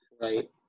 Right